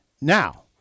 Now